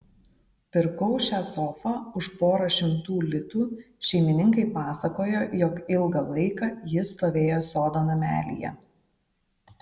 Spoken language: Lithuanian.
pirkau šią sofą už porą šimtų litų šeimininkai pasakojo jog ilgą laiką ji stovėjo sodo namelyje